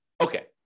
Okay